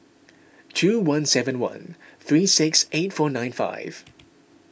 two one seven one three six eight four nine five